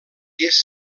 est